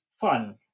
fun